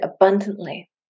abundantly